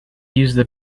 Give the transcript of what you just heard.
use